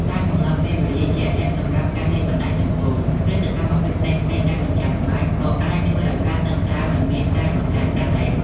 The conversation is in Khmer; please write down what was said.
ការកំណត់ពេលវេលាជាក់លាក់សម្រាប់ការលេងបណ្ដាញសង្គម ឬសកម្មភាពផ្សេងៗដែលមិនចាំបាច់ ក៏អាចជួយឲ្យការសិក្សាមិនមានការរំខានដែរ។